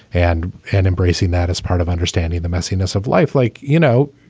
and and embracing that as part of understanding the messiness of life like, you know,